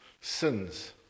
sins